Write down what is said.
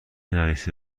نرسیده